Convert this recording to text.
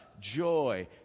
joy